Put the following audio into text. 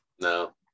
No